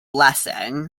blessing